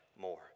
more